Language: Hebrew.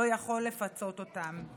לא יכול לפצות אותם.